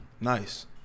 Nice